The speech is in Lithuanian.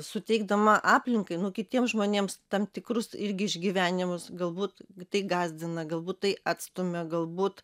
suteikdama aplinkai nu kitiems žmonėms tam tikrus irgi išgyvenimus galbūt tai gąsdina galbūt tai atstumia galbūt